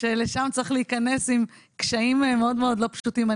שלשם צריך להיכנס עם קשיים מאוד מאוד לא פשוטים.